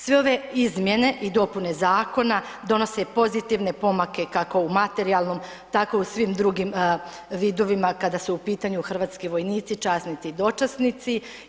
Sve ove izmjene i dopune zakona donose pozitivne pomake kako u materijalnom, tako u svim drugim vidovima kada su u pitanju hrvatski vojnici, časnici i dočasnici.